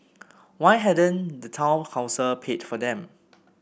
why hadn't the town council paid for them